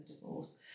divorce